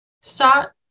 sought